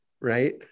right